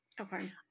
okay